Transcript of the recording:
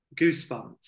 Goosebumps